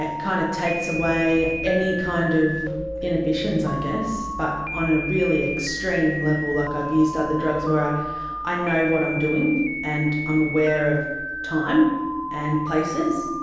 ah kind of takes away any kind of inhibitions, i guess, but on a really extreme level. like i've used other drugs where ah i know what i'm doing and i'm aware of time and places,